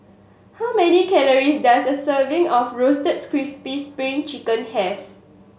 how many calories does a serving of Roasted Crispy Spring Chicken have